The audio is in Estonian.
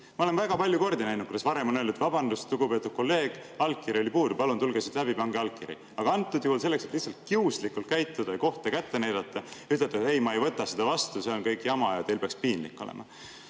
Ma olen väga palju kordi kuulnud, kui on öeldud, et vabandust, lugupeetud kolleeg, allkiri on puudu, palun tulge siit läbi, pange allkiri. Aga antud juhul, selleks et lihtsalt kiuslikult käituda ja kohta kätte näidata, ütlete, et ei, ma ei võta seda vastu, see on kõik jama ja peaks piinlik olema.